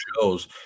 shows